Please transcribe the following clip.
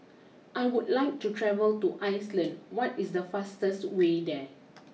I would like to travel to Iceland what is the fastest way there